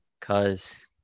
Cause